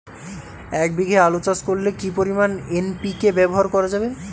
এক বিঘে আলু চাষ করলে কি পরিমাণ এন.পি.কে ব্যবহার করা যাবে?